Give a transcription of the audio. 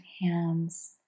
hands